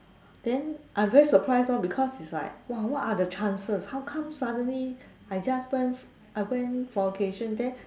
then I very surprised lor because is like !wah! what are the chances how come suddenly I just went I went for then